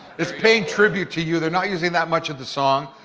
it's paying tribute to you, they're not using that much of the song.